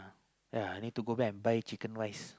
ya I need to go back and buy chicken rice